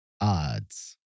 Odds